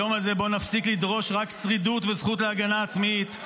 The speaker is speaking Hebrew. היום הזה בואו נפסיק לדרוש רק שרידות וזכות להגנה עצמית,